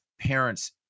parents